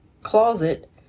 closet